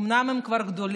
אומנם אצלך הם כבר גדולים,